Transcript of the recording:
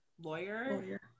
Lawyer